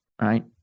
right